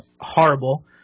horrible